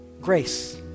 grace